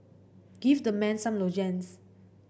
give the man some lozenges